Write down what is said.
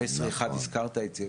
15.1 הזכרת את זה,